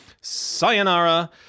sayonara